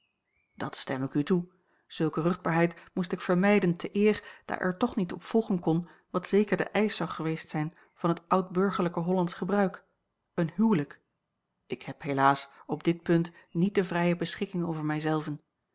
dat stem ik u toe zulke ruchtbaarheid moest ik vermijden te eer daar er toch niet op volgen kon wat zeker de eisch zou geweest zijn van het oud burgerlijke hollandsch gebruik een huwelijk ik heb helaas op dit punt niet de vrije beschikking over mij